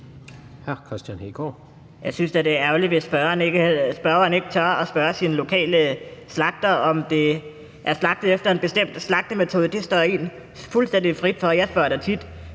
Jeg synes da, det er ærgerligt, hvis spørgeren ikke tør at spørge sin lokale slagter, om det er slagtet efter en bestemt slagtemetode. Det står en fuldstændig frit for. Jeg spørger da tit